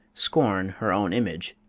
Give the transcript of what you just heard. scorn her own image,